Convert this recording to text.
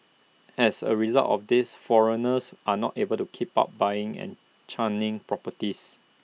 as A result of this foreigners are not able to keep up buying and churning properties